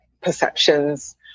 perceptions